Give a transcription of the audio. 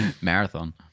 marathon